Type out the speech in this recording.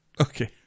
Okay